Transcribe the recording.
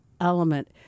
element